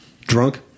Drunk